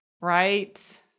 right